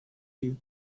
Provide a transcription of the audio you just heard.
you